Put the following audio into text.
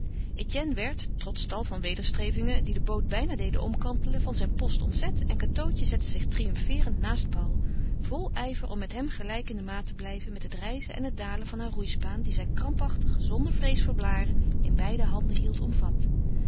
etienne werd trots tal van wederstrevingen die de boot bijna deden omkantelen van zijn post ontzet en cateautje zette zich triumfeerend naast paul vol ijver om met hem gelijk in de maat te blijven met het rijzen en het dalen van haar roeispaan die zij krampachtig zonder vrees voor blaren in beide handen hield omvat